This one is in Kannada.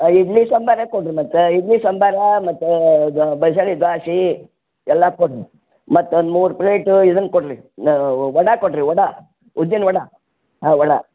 ಇಡ್ಲಿ ಸಾಂಬಾರೆ ಕೊಡಿರಿ ಮತ್ತು ಇಡ್ಲಿ ಸಾಂಬಾರು ಮತ್ತು ಇದು ಮಸಾಲೆ ದ್ವಾಸೆ ಎಲ್ಲ ಕೊಡ್ರಿ ಮತ್ತು ಒಂದು ಮೂರು ಪ್ಲೇಟು ಇದನ್ನ ಕೊಡಿರಿ ವಡಾ ಕೊಡಿರಿ ವಡಾ ಉದ್ದಿನ ವಡಾ ಹಾಂ ವಡಾ